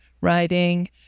writing